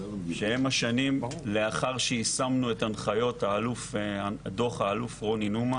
שהן השנים לאחר שיישמנו את הנחיות דו"ח האלוף רוני נומה